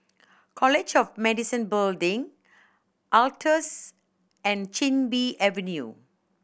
College of Medicine Building Altez and Chin Bee Avenue